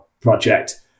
project